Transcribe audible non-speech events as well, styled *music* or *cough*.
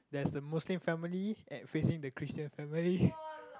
there's the Muslim family at facing the Christian family *breath*